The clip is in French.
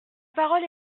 parole